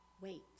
wait